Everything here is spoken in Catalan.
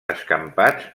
escampats